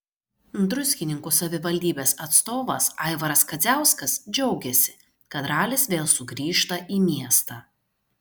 druskininkų savivaldybės atstovas aivaras kadziauskas džiaugėsi kad ralis vėl sugrįžta į miestą